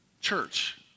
church